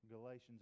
Galatians